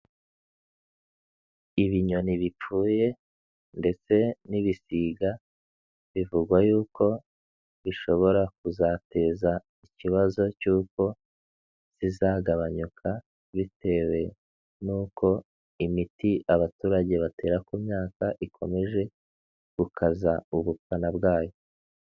Ibinyoni bipfuye ndetse n'ibisiga bivugwa yuko bishobora kuzateza ikibazo cyuko zizagabanyuka bitewe nuko imiti abaturage batera ku myaka ikomeje gukaza ubukana bwayo.